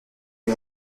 lui